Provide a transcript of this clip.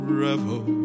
revel